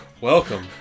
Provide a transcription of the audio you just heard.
Welcome